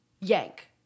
yank